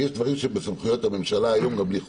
יש דברים שהם בסמכויות הממשלה היום גם בלי חוק.